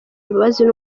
imbabazi